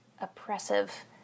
oppressive